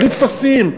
בלי טפסים.